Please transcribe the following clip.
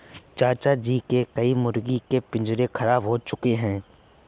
चाचा जी के कई मुर्गी के पिंजरे खराब हो चुके हैं